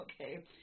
okay